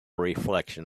reflection